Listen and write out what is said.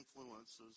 influences